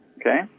okay